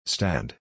Stand